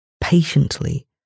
patiently